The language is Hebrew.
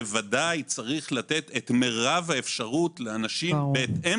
ודאי שיש לתת את מרב האפשרות לאנשים בהתאם